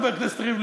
חבר הכנסת ריבלין,